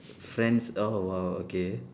friends oh !wow! okay